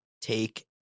take